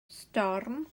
storm